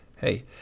Hey